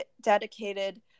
dedicated